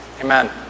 Amen